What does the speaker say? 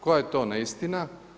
Koja je to neistina?